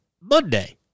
Monday